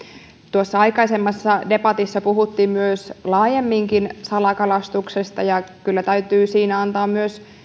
tuossa aikaisemmassa debatissa puhuttiin laajemminkin salakalastuksesta ja kyllä täytyy siinä myös antaa